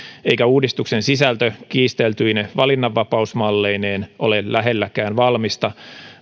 eikä uudistuksen sisältö kiisteltyine valinnanvapausmalleineen ole lähelläkään valmista